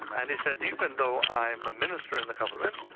and he said, even though i'm a minister in the government,